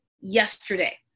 yesterday